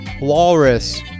walrus